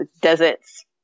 deserts